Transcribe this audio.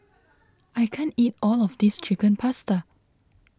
I can't eat all of this Chicken Pasta